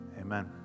Amen